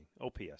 OPS